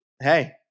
hey